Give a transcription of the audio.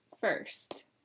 first